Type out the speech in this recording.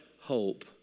Hope